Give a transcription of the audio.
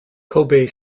kobe